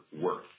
work